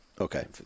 okay